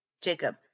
Jacob